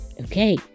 Okay